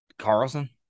Carlson